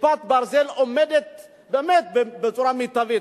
כש"כיפת ברזל" עומדת באמת בצורה מיטבית,